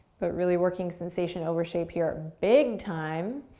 but really working sensation over shape here. big time.